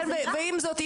עם זאת,